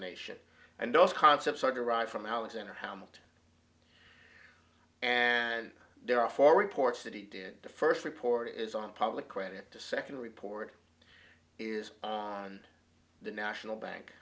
nation and those concepts are derived from alexander hamilton and there are four reports that he did the first report is on public credit the second report is on the national bank